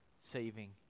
saving